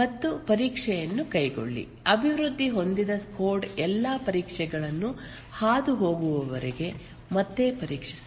ಮತ್ತೆ ಪರೀಕ್ಷೆಯನ್ನು ಕೈಗೊಳ್ಳಿ ಅಭಿವೃದ್ಧಿ ಹೊಂದಿದ ಕೋಡ್ ಎಲ್ಲಾ ಪರೀಕ್ಷೆಗಳನ್ನು ಹಾದುಹೋಗುವವರೆಗೆ ಮತ್ತೆ ಪರೀಕ್ಷಿಸಿ